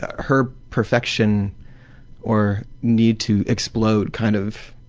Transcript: her perfection or need to explode kind of,